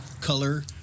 color